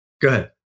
Good